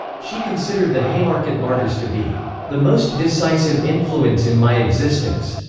she considered the haymarket martyrs to be the most decisive influence in my existence.